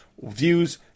views